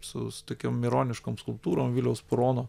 su tokiom ironiškom skulptūrom viliaus purono